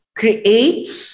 creates